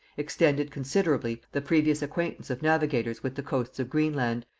extended considerably the previous acquaintance of navigators with the coasts of greenland,